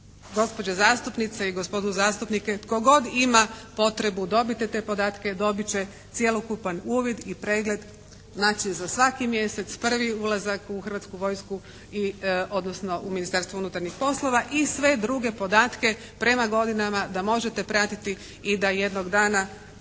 gospođe zastupnice i gospodu zastupnike, tko god ima potrebu dobiti te podatke, dobit će cjelokupan uvid i pregled znači za svaki mjesec, prvi ulazak u Hrvatsku vojsku odnosno u Ministarstvo unutarnjih poslova i sve druge podatke prema godinama da možete pratiti i da jednog dana